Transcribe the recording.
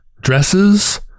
dresses